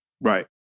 Right